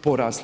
porasla.